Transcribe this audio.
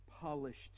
polished